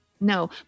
no